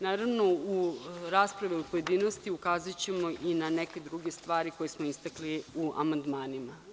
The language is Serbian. Naravno, u raspravi u pojedinostima ukazaćemo i na neke druge stvari koje smo istakli u amandmanima.